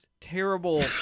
terrible